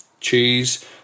Cheese